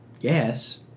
yes